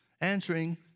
answering